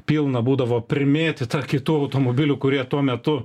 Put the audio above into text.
pilna būdavo primėtyta kitų automobilių kurie tuo metu